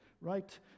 Right